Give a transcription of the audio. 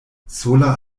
sola